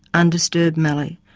undisturbed mallee.